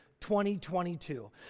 2022